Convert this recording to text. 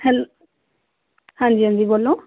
ਹੈਲ ਹਾਂਜੀ ਹਾਂਜੀ ਬੋਲੋ